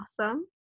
awesome